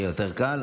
יהיה יותר קל,